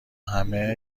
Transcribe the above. همه